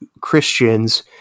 Christians